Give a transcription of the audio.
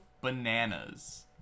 Bananas